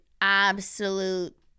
absolute